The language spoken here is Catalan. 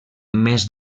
més